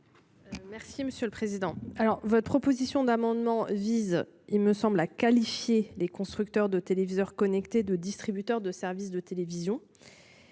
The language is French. Merci monsieur le président. Alors votre proposition d'amendement vise, il me semble, a qualifié les constructeurs de téléviseurs connectés de distributeurs de services de télévision.